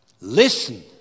Listen